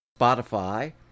Spotify